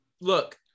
look